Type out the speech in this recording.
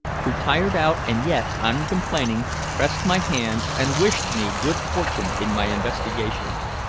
who, tired out and yet uncomplaining, pressed my hand and wished me good fortune in my investigations.